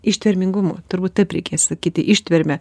ištvermingumu turbūt taip reikės sakyti ištverme